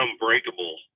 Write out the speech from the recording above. unbreakable